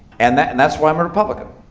and and that's why i'm a republican.